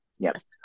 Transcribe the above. Yes